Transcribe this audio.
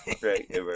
Right